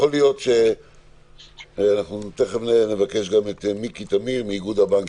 יכול להיות שתיכף נבקש את מיקי טמיר מאיגוד הבנקים,